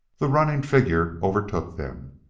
the running figure overtook them.